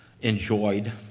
enjoyed